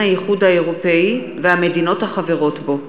האיחוד האירופי והמדינות החברות בו.